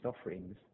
offerings